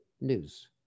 news